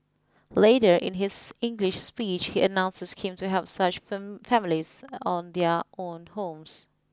later in his English speech he announced a scheme to help such families on their own homes